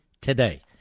today